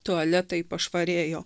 tualetai pašvarėjo